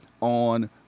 on